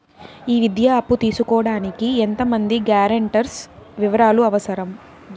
ఈ విద్యా అప్పు తీసుకోడానికి ఎంత మంది గ్యారంటర్స్ వివరాలు అవసరం?